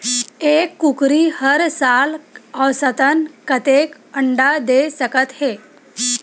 एक कुकरी हर साल औसतन कतेक अंडा दे सकत हे?